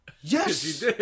Yes